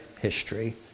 history